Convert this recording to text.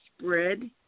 spread